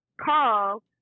call